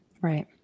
Right